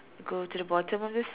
go to the bottom of the